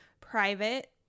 private